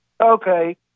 okay